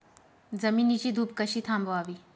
जमिनीची धूप कशी थांबवावी?